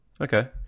okay